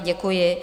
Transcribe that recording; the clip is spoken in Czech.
Děkuji.